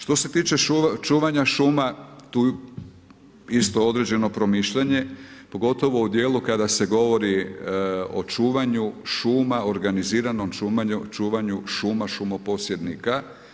Što se tiče čuvanja šuma isto određeno promišljanje pogotovo u dijelu kada se govori o čuvanju šuma organiziranom čuvanju šuma šumoposjednika.